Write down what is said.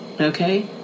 okay